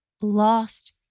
lost